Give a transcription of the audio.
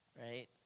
right